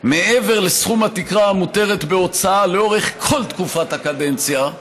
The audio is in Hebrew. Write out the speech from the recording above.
מעבר לסכום התקרה המותרת בהוצאה לאורך כל תקופת הקדנציה,